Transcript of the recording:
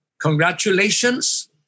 congratulations